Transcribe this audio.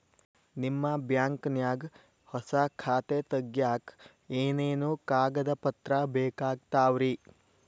ನಿಮ್ಮ ಬ್ಯಾಂಕ್ ನ್ಯಾಗ್ ಹೊಸಾ ಖಾತೆ ತಗ್ಯಾಕ್ ಏನೇನು ಕಾಗದ ಪತ್ರ ಬೇಕಾಗ್ತಾವ್ರಿ?